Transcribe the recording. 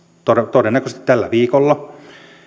todennäköisesti tällä viikolla